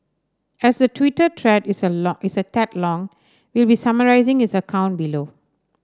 as the Twitter thread is a long is a tad long we'll be summarising his account below